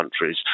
countries